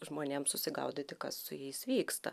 žmonėms susigaudyti kas su jais vyksta